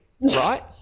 right